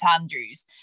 Andrews